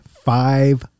five